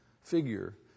figure